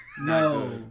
No